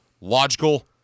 logical